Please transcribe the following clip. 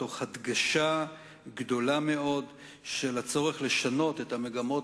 תוך הדגשה גדולה מאוד של הצורך לשנות את המגמות